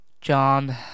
John